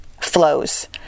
flows